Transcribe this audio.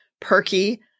perky